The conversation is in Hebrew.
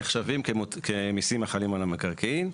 נחשבים כמיסים החלים על המקרקעין,